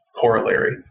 corollary